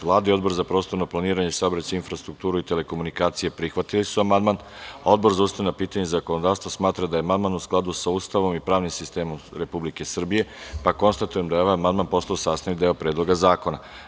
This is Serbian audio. Vlada i Odbor za prostorno planiranje, saobraćaj, infrastrukturu i telekomunikacije prihvatili su amandman, a Odbor za ustavna pitanja i zakonodavstvo smatra da je amandman u skladu sa Ustavom i pravnim sistemom Republike Srbije, pa konstatujem da je ovaj amandman postao sastavni deo Predloga zakona.